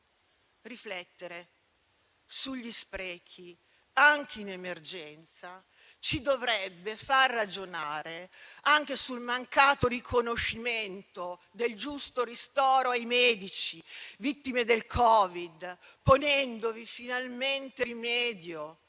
Riflettere sugli sprechi, anche in emergenza, ci dovrebbe far ragionare sul mancato riconoscimento del giusto ristoro ai medici vittime del Covid, ponendovi finalmente rimedio,